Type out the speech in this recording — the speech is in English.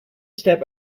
step